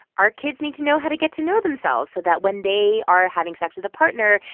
our kids need to know how to get to know themselves so that when they are having sex with a partner,